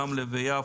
רמלה ויפו,